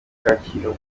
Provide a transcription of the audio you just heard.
kacyiru